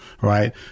Right